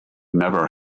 never